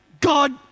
God